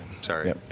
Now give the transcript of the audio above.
sorry